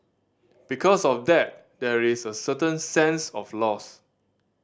because of that there is a certain sense of loss